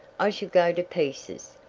i should go to pieces!